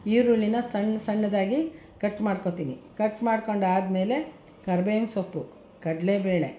ಈರುಳ್ಳಿನ ಸಣ್ಣ ಸಣ್ಣದಾಗಿ ಕಟ್ ಮಾಡ್ಕೊಳ್ತೀನಿ ಕಟ್ ಮಾಡ್ಕೊಂಡಾದ್ಮೇಲೆ ಕರ್ಬೇವಿನ ಸೊಪ್ಪು ಕಡಲೇಬೇಳೆ